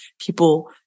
people